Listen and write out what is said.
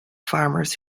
farmers